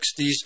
60s